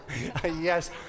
Yes